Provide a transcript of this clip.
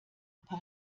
paar